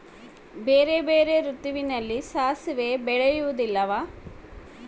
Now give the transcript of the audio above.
ಬೇರೆ ಬೇರೆ ಋತುವಿನಲ್ಲಿ ಸಾಸಿವೆ ಬೆಳೆಯುವುದಿಲ್ಲವಾ?